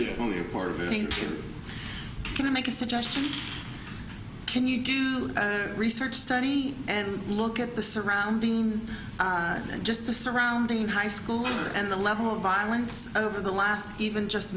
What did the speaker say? think you can make a suggestion can you do research study and look at the surrounding just the surrounding high school and the level of violence over the last even just